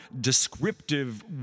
descriptive